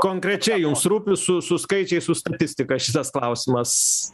konkrečiai jums rūpi su su skaičiais su statistika šitas klausimas